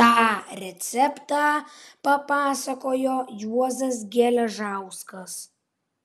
tą receptą papasakojo juozas geležauskas